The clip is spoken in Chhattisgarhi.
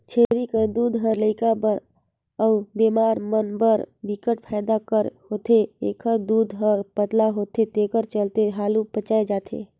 छेरी कर दूद ह लइका बर अउ बेमार मन बर बिकट फायदा कर होथे, एखर दूद हर पतला होथे तेखर चलते हालु पयच जाथे